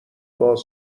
باز